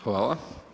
Hvala.